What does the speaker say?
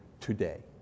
today